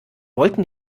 wollten